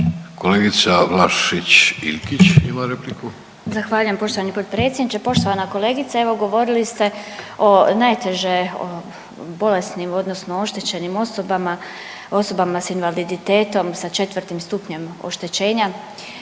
**Vlašić Iljkić, Martina (SDP)** Zahvaljujem poštovani potpredsjedniče, poštovani potpredsjedniče. Evo, govorili ste o najteže bolesnim odnosno oštećenim osobama, osoba s invaliditetom sa 4. stupnjem oštećenja